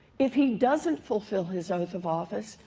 if he doesn't fulfill his oath of office,